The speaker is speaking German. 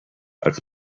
als